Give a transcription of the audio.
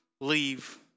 leave